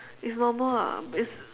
it's normal ah it's